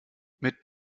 mit